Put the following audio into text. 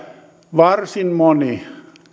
varsin moni